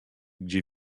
gdzie